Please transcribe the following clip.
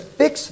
fix